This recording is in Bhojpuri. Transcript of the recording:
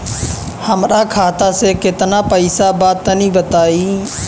हमरा खाता मे केतना पईसा बा तनि बताईं?